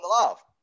love